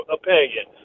opinion